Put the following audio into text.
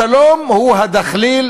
השלום הוא הדחליל